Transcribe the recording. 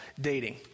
dating